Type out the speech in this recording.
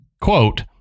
Quote